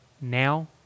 now